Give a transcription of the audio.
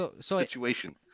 situation